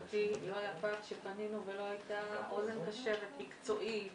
12:40.